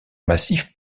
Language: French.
massif